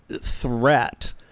threat